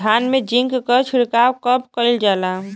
धान में जिंक क छिड़काव कब कइल जाला?